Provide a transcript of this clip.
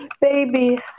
Baby